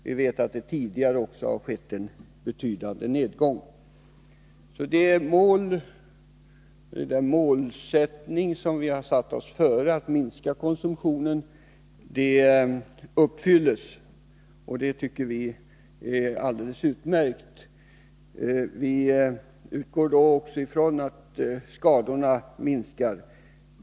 Vi vet att det även tidigare skett en betydande nedgång. Det mål vi satt upp för oss, att minska alkoholkonsumtionen, uppnås alltså. Det tycker vi är alldeles utmärkt. Vi utgår från att också skadorna minskar.